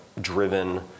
driven